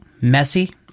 messy